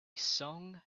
song